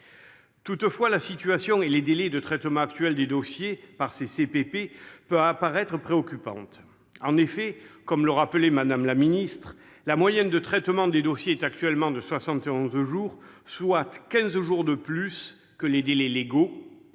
Toutefois, la situation et les délais actuels de traitement des dossiers par ces CPP peuvent apparaître préoccupants. En effet, comme le rappelait Mme la ministre des solidarités et de la santé, la moyenne de traitement des dossiers est actuellement de 71 jours, soit 15 jours de plus que les délais légaux,